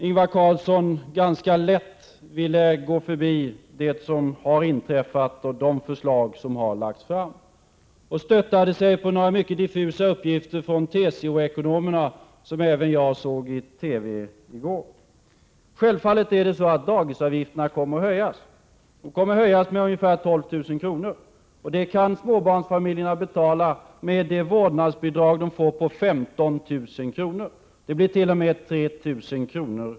Ingvar Carlsson ville ganska lätt gå förbi det som har inträffat och de förslag som lagts fram och i stället stötta sig på några mycket diffusa uppgifter från TCO-ekonomerna, som även jag såg i TV i går. Självfallet kommer dagisavgifterna att höjas med ungefär 12 000 kr. Detta kan småbarnsfamiljerna betala med det vårdnadsbidrag de får på 15 000 kr. Det blir t.o.m. 3 000 kr.